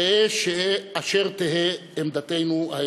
תהא אשר תהא עמדתנו הערכית,